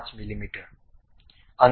5 મીમી